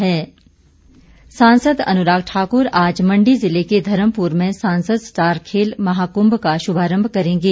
महाकुम्म सांसद अनुराग ठाकुर आज मण्डी ज़िले के धर्मपुर में सांसद स्टार खेल महाकुम्म का शुभारम्म करेंगे